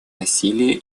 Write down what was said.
насилие